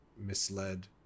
misled